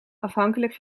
afhankelijk